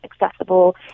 accessible